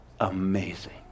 Amazing